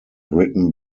written